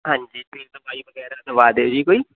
ਹਾਂਜੀ ਫੇਰ ਦਵਾਈ ਵਗੈਰਾ ਦਵਾ ਦਿਓ ਜੀ ਕੋਈ